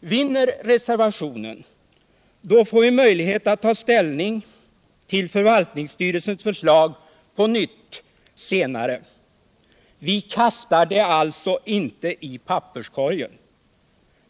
Vinner reservationen får vi möjlighet att ta ställning till förvaltningsstyrelsens förslag något senare. Vi kastar det alltså inte i papperskorgen.